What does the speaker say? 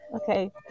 Okay